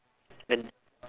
and